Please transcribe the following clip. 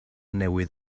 newydd